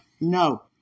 no